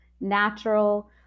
Natural